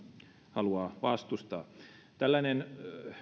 haluaa vastustaa tällainen